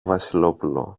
βασιλόπουλο